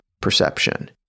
perception